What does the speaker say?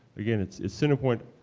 again, it's it's centerpoint,